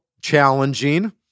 challenging